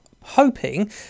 hoping